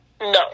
No